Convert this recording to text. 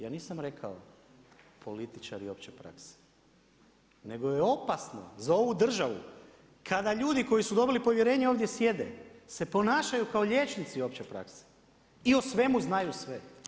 Ja nisam rekao političari opće prakse, nego je opasno za ovu državu kada ljudi koji su dobili povjerenje ovdje sjede se ponašaju kao liječnici opće prakse i o svemu znaju sve.